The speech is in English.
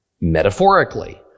metaphorically